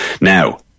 Now